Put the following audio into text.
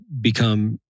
become